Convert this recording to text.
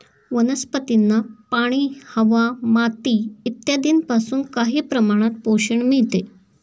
वनस्पतींना पाणी, हवा, माती इत्यादींपासून काही प्रमाणात पोषण मिळते